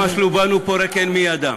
"עבדים משלו בנו, פורק אין מידם".